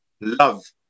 love